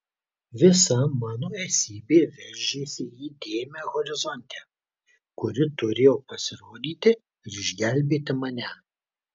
visa mano esybė veržėsi į dėmę horizonte kuri turėjo pasirodyti ir išgelbėti mane